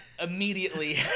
immediately